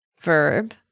verb